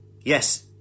Yes